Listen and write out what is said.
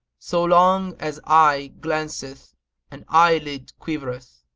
so long as eye glanceth and eyelid quivereth.